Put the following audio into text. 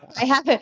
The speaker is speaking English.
i haven't.